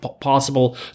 possible